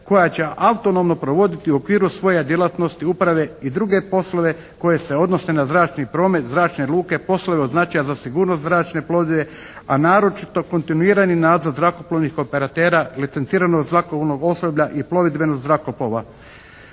koja će autonomno provoditi u okviru svoje djelatnosti uprave i druge poslove koji se odnose na zračni promet, zračne luke, poslove od značaja za sigurnost zračne plovidbe a naročito kontinuirani nadzor zrakoplovnih operatera licencirano od svakog onog osoblja i plovidbenost zrakoplova